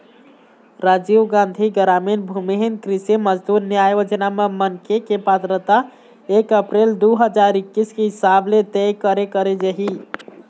राजीव गांधी गरामीन भूमिहीन कृषि मजदूर न्याय योजना म मनखे के पात्रता एक अपरेल दू हजार एक्कीस के हिसाब ले तय करे करे जाही